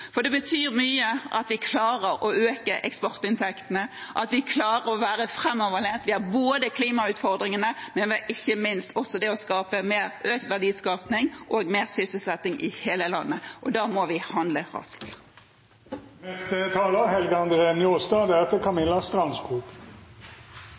Det betyr mye at vi klarer å øke eksportinntektene, at vi klarer å være framoverlent. Vi har utfordringer både med klima og – ikke minst – med å sørge for økt verdiskaping og mer sysselsetting i hele landet, og da må vi handle